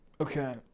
Okay